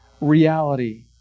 reality